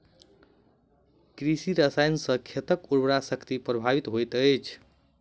कृषि रसायन सॅ खेतक उर्वरा शक्ति प्रभावित होइत अछि